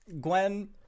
Gwen